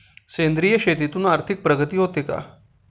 सेंद्रिय शेतीतून आर्थिक प्रगती होते का?